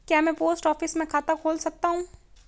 क्या मैं post office में खाता खोल सकता हूँ?